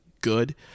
good